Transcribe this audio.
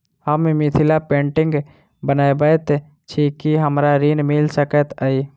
हम मिथिला पेंटिग बनाबैत छी की हमरा ऋण मिल सकैत अई?